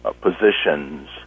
positions